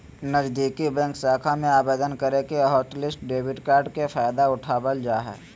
नजीदीकि बैंक शाखा में आवेदन करके हॉटलिस्ट डेबिट कार्ड के फायदा उठाबल जा हय